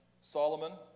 Solomon